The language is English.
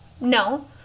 No